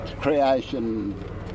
creation